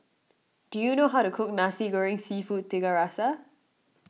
do you know how to cook Nas Goreng Seafood Tiga Rasa